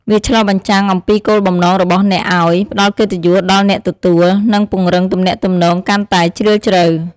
វាឆ្លុះបញ្ចាំងអំពីគោលបំណងរបស់អ្នកឱ្យ ផ្ដល់កិត្តិយសដល់អ្នកទទួល និងពង្រឹងទំនាក់ទំនងកាន់តែជ្រាលជ្រៅ។